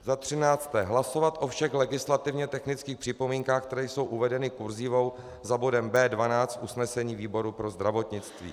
Za třinácté hlasovat o všech legislativně technických připomínkách, které jsou uvedeny kurzívou za bodem B12 v usnesení výboru pro zdravotnictví.